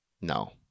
No